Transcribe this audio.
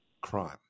crime